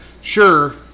Sure